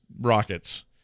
rockets